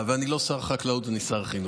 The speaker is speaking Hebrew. ואני לא שר החקלאות, אני שר החינוך.